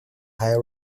high